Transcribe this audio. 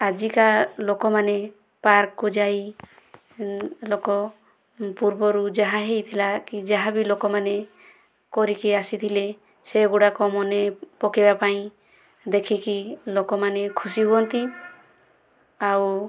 ଆଜିକା ଲୋକମାନେ ପାର୍କକୁ ଯାଇ ଲୋକ ପୂର୍ବରୁ ଯାହା ହୋଇଥିଲା କି ଯାହାବି ଲୋକମାନେ କରିକି ଆସିଥିଲେ ସେଗୁଡ଼ାକ ମନେପକେଇବା ପାଇଁ ଦେଖିକି ଲୋକମାନେ ଖୁସି ହୁଅନ୍ତି ଆଉ